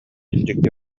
дьикти